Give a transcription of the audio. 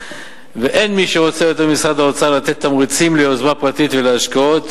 ואין מי שרוצה יותר ממשרד האוצר לתת תמריצים ליוזמה פרטית ולהשקעות.